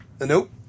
Nope